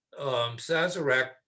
Sazerac